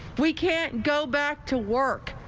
we can't go back to work.